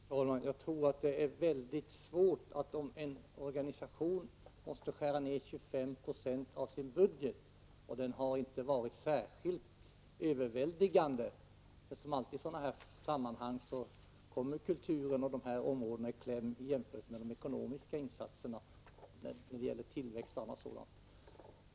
Fru talman! Jag tror att det är väldigt svårt när en organisation måste skära ned 25 Yo av sin budget, som inte varit särskilt överväldigande. Som alltid i sådana sammanhang kommer kulturella områden i kläm i jämförelse med de ekonomiska insatserna.